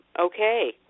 okay